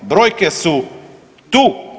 Brojke su tu.